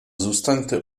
zůstaňte